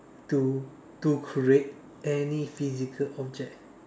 to to create any physical object